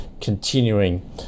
continuing